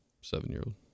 seven-year-old